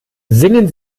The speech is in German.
singen